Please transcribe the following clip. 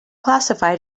classified